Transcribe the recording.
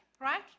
right